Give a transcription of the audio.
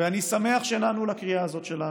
אני שמח שהם נענו לקריאה הזאת שלנו.